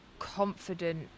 confident